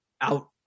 out